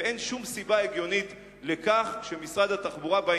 ואין שום סיבה הגיונית לכך שמשרד התחבורה לא